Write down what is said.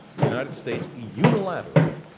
the united states unilaterally